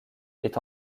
est